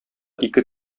ике